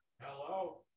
Hello